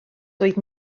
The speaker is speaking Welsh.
doedd